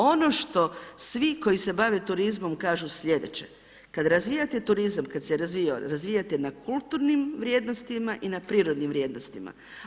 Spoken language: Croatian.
Ono što svi koji se bave turizmom kažu slijedeće, kad razvijate turizam, kad se razvijao, razvijate na kulturnim vrijednostima i na prirodnim vrijednostima.